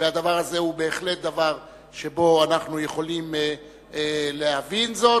והדבר הזה הוא בהחלט דבר שבו אנחנו יכולים להבין זאת